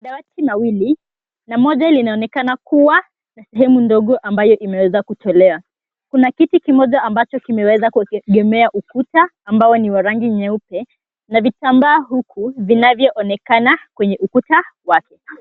Madawati mawili na moja linaonekana kuwa sehemu ndogo ambayo imeweza kutolewa. Kuna kiti kimoja ambacho kimeweza kuegemea ukuta ambao ni wa rangi nyeupe na vitambaa huku vinavyoonekana kwenye ukuta wake.